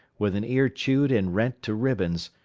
with an ear chewed and rent to ribbons,